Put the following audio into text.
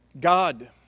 God